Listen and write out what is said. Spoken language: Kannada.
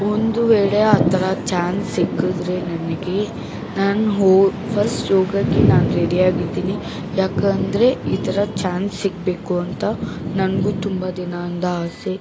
ಒಂದು ವೇಳೆ ಆ ಥರ ಚಾನ್ಸ್ ಸಿಕ್ಕಿದ್ರೆ ನನಗೆ ನಾನು ಹೋ ಫಸ್ಟ್ ಹೋಗಕ್ಕೆ ನಾನು ರೆಡಿಯಾಗಿದ್ದೀನಿ ಯಾಕಂದರೆ ಈ ಥರ ಚಾನ್ಸ್ ಸಿಗಬೇಕು ಅಂತ ನನಗೂ ತುಂಬ ದಿನದಿಂದ ಆಸೆ